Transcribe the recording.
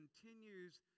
continues